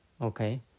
okay